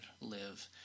live